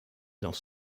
dans